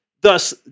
Thus